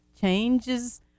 Changes